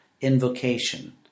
invocation